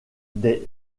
des